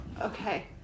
Okay